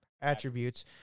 attributes